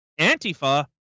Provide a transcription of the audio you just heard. Antifa